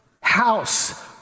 house